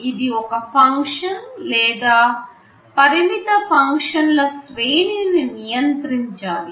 ఇది ఒక ఫంక్షన్ను లేదా పరిమిత ఫంక్షన్ల శ్రేణి ని నియంత్రించాలి